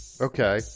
Okay